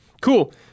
Cool